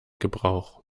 gebrauch